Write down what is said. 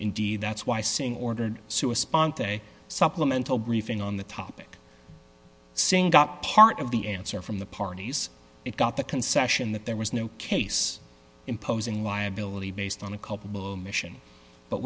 indeed that's why saying ordered sue a sponsor a supplemental briefing on the topic saying got part of the answer from the parties it got the concession that there was no case imposing liability based on a culpable mission but